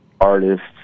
artists